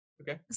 okay